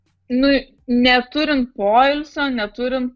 nu neturint poilsio neturint